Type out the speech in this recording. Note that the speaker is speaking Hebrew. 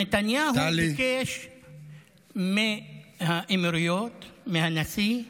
נתניהו ביקש מהאמירויות, מהנשיא,